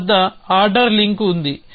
నా వద్ద order link ఉంది